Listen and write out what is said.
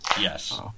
Yes